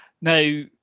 Now